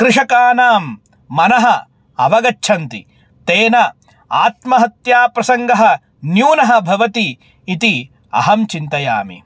कृषकाणां मनः अवगच्छन्ति तेन आत्महत्याप्रसङ्गः न्यूनः भवति इति अहं चिन्तयामि